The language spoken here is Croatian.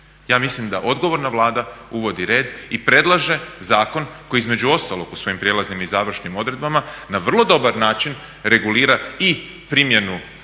Ja mislim da odgovorna Vlada uvodi red i predlaže zakon koji između ostalog u svojim prijelaznim i završnim odredbama na vrlo dobar način regulira i primjenu